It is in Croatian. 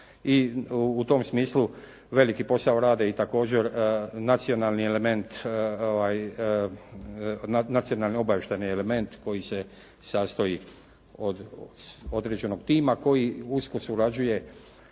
I u tom smislu veliki posao rade i također nacionalni element, nacionalno-obavještajni element koji se sastoji od određenog tima koji usko surađuje